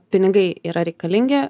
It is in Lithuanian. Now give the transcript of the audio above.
pinigai yra reikalingi